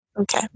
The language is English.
Okay